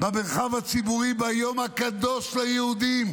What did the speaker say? במרחב הציבורי ביום הקדוש ליהודים,